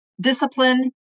discipline